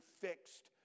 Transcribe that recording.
fixed